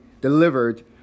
delivered